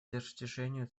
достижению